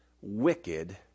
wicked